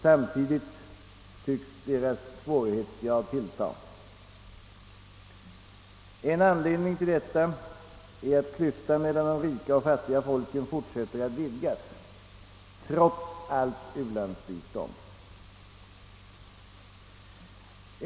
Samtidigt tycks deras svårighetsgrad tilltaga. En anledning till detta är att klyftan mellan de rika. och de fattiga folken fortsätter att vidgas, trots allt u-landsbistånd.